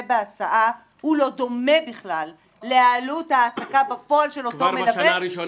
בהסעה לא דומה בכלל לעלות העסקה בפועל של אותו מלווה,